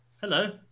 hello